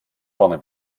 vorne